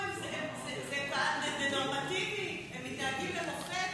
זה נורמטיבי, הם מתנהגים למופת.